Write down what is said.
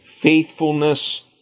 faithfulness